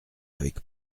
avec